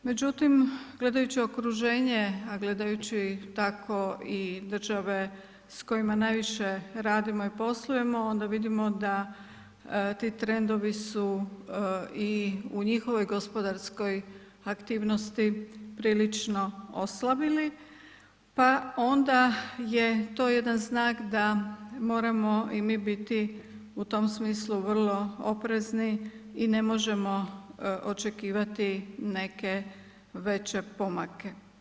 Međutim, gledajući okruženje a gledajući tako i države s kojima najviše radimo i poslujemo onda vidimo da ti trendovi su i u njihovoj gospodarskoj aktivnosti prilično oslabili pa onda je to jedan znak da moramo i mi biti u tom smislu vrlo oprezni i ne možemo očekivati neke veće pomake.